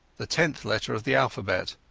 the tenth letter of the alphabet,